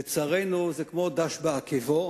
לצערנו, זה כמו דש בעקבו,